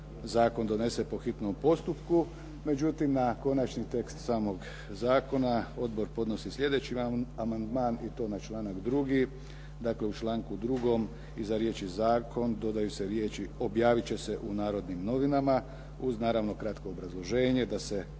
zakon donese po hitnom postupku. Međutim, na konačni tekst samog zakona odbor podnosi sljedeći amandman i to na članak 2., dakle u članku 2. iza riječi "zakon" dodaju se riječi "objaviti će se u "Narodnim novinama"", uz naravno kratko obrazloženje da se samim